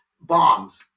bombs